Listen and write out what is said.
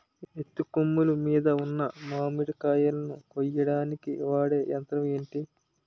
ఎత్తు కొమ్మలు మీద ఉన్న మామిడికాయలును కోయడానికి వాడే యంత్రం ఎంటి?